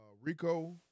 Rico